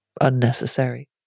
unnecessary